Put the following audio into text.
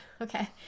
okay